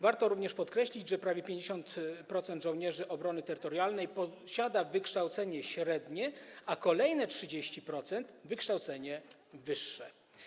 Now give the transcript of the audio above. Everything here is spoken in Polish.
Warto również wskazać, że prawie 50% żołnierzy obrony terytorialnej posiada wykształcenie średnie, a kolejne 30% - wykształcenie wyższe.